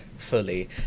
fully